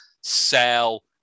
sell